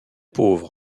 pauvre